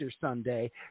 Sunday